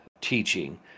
teaching